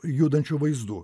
judančių vaizdų